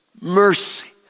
mercy